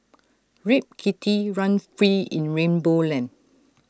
Rip Kitty run free in rainbow land